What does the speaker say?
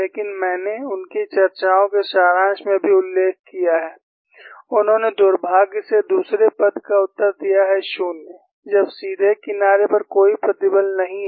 लेकिन मैंने उनकी चर्चाओं के सारांश में भी उल्लेख किया है उन्होंने दुर्भाग्य से दूसरे पद का उत्तर दिया है 0 जब सीधे किनारे पर कोई प्रतिबल नहीं है